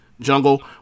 Jungle